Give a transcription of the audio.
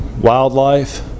wildlife